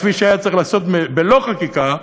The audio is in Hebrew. כפי שהיה צריך לעשות בלא חקיקה,